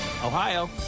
Ohio